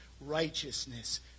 righteousness